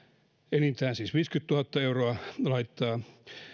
enintään siis viisikymmentätuhatta euroa laittaa